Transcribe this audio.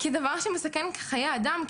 כדבר שמסכן חיי אדם,